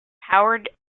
powered